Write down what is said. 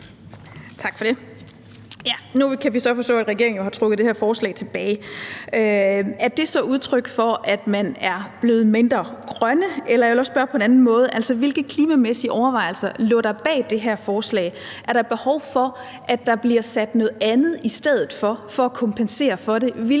Nu kan vi så forstå, at regeringen jo har trukket det her forslag tilbage. Er det så udtryk for, at man er blevet mindre grønne? Eller jeg vil hellere spørge på en anden måde: Hvilke klimamæssige overvejelser lå der bag det her forslag? Er der behov for, at der bliver sat noget andet i stedet for at kompensere for det?